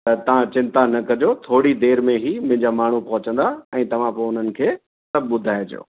त तव्हां चिंता न कजो थोरी देर में ई मुंहिंजा माण्हू पहुचंदा ऐं तव्हां पोइ उन्हनि खे सभु ॿुधाइजो